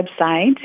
website